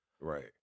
Right